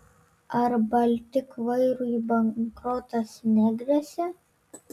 ar baltik vairui bankrotas negresia